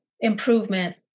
improvement